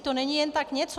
To není jen tak něco!